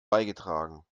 beigetragen